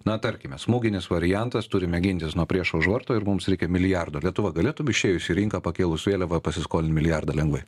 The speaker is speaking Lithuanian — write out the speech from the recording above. na tarkime smūginis variantas turime gintis nuo priešo už vartų ir mums reikia milijardo lietuva galėtų išėjus į rinką pakėlus vėliavą pasiskolint milijardą lengvai